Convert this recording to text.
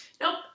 Nope